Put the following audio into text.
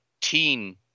teen